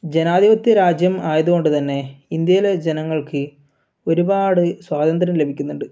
ജനാധിപത്യ രാജ്യം ആയതു കൊണ്ട് തന്നെ ഇന്ത്യയിലെ ജനങ്ങൾക്ക് ഒരുപാട് സ്വാതന്ത്ര്യം ലഭിക്കുന്നുണ്ട്